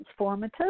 transformative